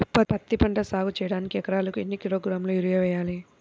పత్తిపంట సాగు చేయడానికి ఎకరాలకు ఎన్ని కిలోగ్రాముల యూరియా వేయాలి?